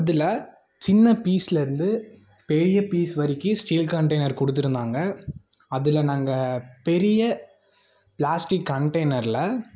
இதில் சின்ன பீஸ்லேருந்து பெரிய பீஸ் வரைக்கும் ஸ்டீல் கண்டெய்னர் கொடுத்துருந்தாங்க அதில் நாங்கள் பெரிய ப்ளாஸ்டிக் கண்டெய்னரில்